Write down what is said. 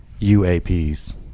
UAPs